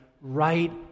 right